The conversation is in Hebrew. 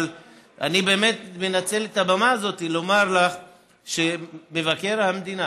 אבל אני באמת מנצל את הבמה הזאת לומר לך שמבקר המדינה,